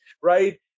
right